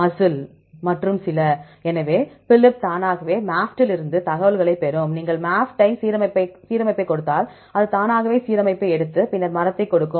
MUSCLE மற்றும் சில சரி எனவே Phylip தானாகவே MAFFT இலிருந்து தகவல்களைப் பெறும் நீங்கள் MAFFT சீரமைப்பைக் கொடுத்தால் அது தானாகவே சீரமைப்பை எடுத்து பின்னர் மரத்தைக் கொடுக்கும்